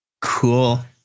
Cool